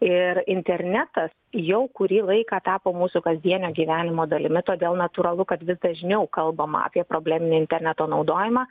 ir internetas jau kurį laiką tapo mūsų kasdienio gyvenimo dalimi todėl natūralu kad vis dažniau kalbama apie probleminį interneto naudojimą